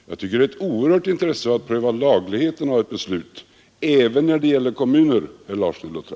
Jag tycker att det är av oerhört stort intresse att pröva lagligheten av ett beslut även när det gäller kommuner, herr Larsson i Luttra!